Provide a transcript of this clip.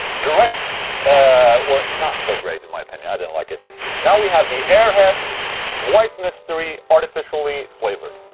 great or not so great in my opinion, i didn't like it now we have the airheads white mystery artificially flavored